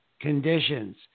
conditions